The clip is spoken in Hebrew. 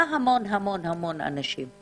מה המון המון אנשים?